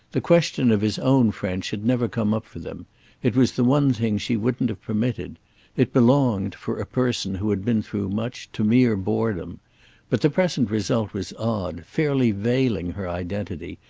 the question of his own french had never come up for them it was the one thing she wouldn't have permitted it belonged, for a person who had been through much, to mere boredom but the present result was odd, fairly veiling her identity,